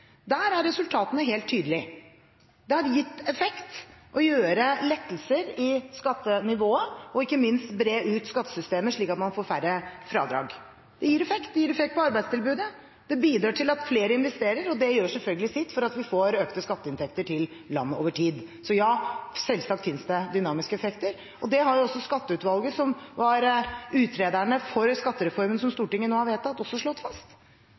Der er resultatene helt tydelige. Det har gitt effekt å gjøre lettelser i skattenivået og ikke minst bre ut skattesystemet slik at man får færre fradrag. Det gir effekt. Det gir effekt på arbeidstilbudet. Det bidrar til at flere investerer, og det gjør selvfølgelig sitt til at vi får økte skatteinntekter til landet over tid. Så ja, selvsagt finnes det dynamiske effekter. Det har også skatteutvalget, som utredet skattereformen som Stortinget nå har vedtatt, slått fast.